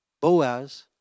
Boaz